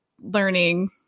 learning